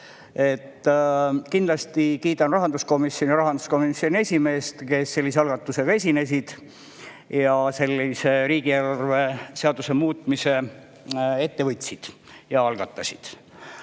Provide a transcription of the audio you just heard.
Kindlasti kiidan rahanduskomisjoni ja rahanduskomisjoni esimeest, kes sellise algatusega esinesid ja riigieelarve seaduse muutmise ette võtsid. Selle sisu